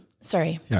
sorry